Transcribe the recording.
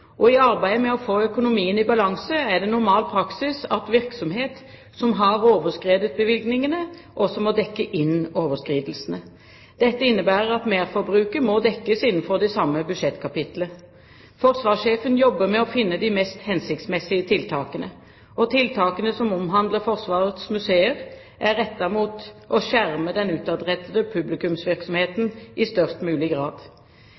I arbeidet med å få økonomien i balanse er det normal praksis at virksomhet som har overskredet bevilgningene, også må dekke inn overskridelsene. Dette innebærer at merforbruket må dekkes innenfor det samme budsjettkapitlet. Forsvarssjefen jobber med å finne de mest hensiktsmessige tiltakene. Tiltakene som omhandler Forsvarets museer, er rettet mot å skjerme den utadrettede publikumsvirksomheten i størst mulig grad.